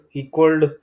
equaled